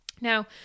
Now